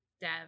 dev